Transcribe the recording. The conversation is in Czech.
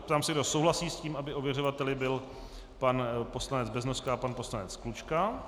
Ptám se, kdo souhlasí s tím, aby ověřovateli byli pan poslanec Beznoska a pan poslanec Klučka.